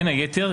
בין היתר,